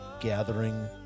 gathering